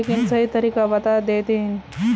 लेकिन सही तरीका बता देतहिन?